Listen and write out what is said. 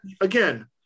again